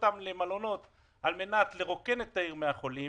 אותם למלונות על מנת לרוקן את העיר מן החולים,